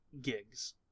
gigs